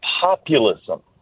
populism